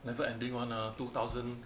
never ending [one] ah two thousand